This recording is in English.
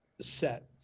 set